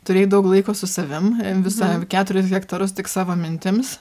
turėjai daug laiko su savim visą keturis hektarus tik savo mintims